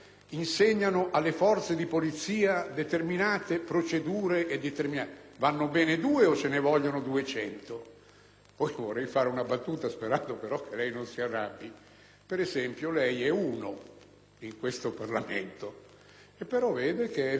200? Vorrei fare una battuta, sperando che lei non si arrabbi. Per esempio, lei è uno in questo Parlamento; però è efficace: interviene spesso, si fa sentire. Svolge una funzione importante: uno su più di 300. Che vuol dire